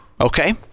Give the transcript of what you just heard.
Okay